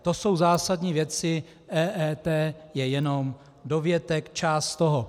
To jsou zásadní věci, EET je jenom dovětek, část toho.